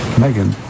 Megan